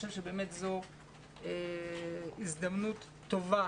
באמת זו הזדמנות טובה